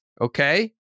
okay